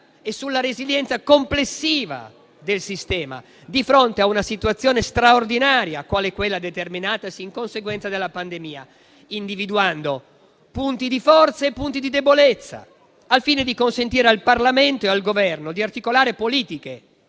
e sulla resilienza complessiva del sistema, di fronte a una situazione straordinaria quale quella determinatasi in conseguenza della pandemia, individuando punti di forza e punti di debolezza, al fine di consentire al Parlamento e al Governo di articolare politiche